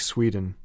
Sweden